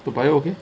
toa payoh okay